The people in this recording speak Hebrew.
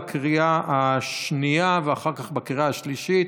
בקריאה השנייה ואחר כך בקריאה השלישית.